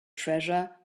treasure